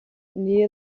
near